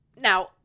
Now